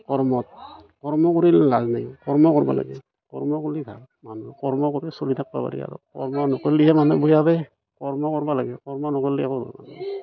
কৰ্মত কৰ্ম কৰিলে লাজ নাই কৰ্ম কৰিব লাগে কৰ্ম কৰিলে ভাল মানুহ কৰ্ম কৰে চলি থাকিব পাৰে কৰ্ম নকৰিলেহে মানুহ বেয়া পায় কৰ্ম কএইব লাগে কৰ্ম নকৰিলে একো